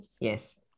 Yes